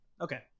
okay